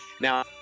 Now